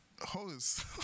hoes